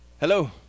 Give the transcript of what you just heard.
Hello